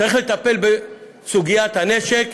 צריך לטפל בסוגיית הנשק